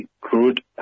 crude